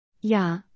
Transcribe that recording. Ja